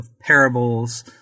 parables